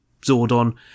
Zordon